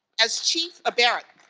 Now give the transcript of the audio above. as chief, ah barrett,